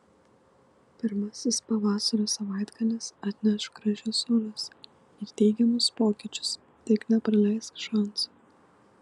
pirmasis pavasario savaitgalis atneš gražius orus ir teigiamus pokyčius tik nepraleisk šanso